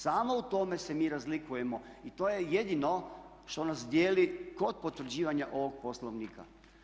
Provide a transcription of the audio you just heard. Samo u tome se mi razlikujemo i to je jedino što nas dijeli kod potvrđivanja ovog Poslovnika.